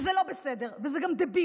וזה לא בסדר וזה גם דבילי,